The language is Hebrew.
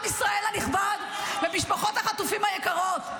עם ישראל הנכבד ומשפחות החטופים היקרות,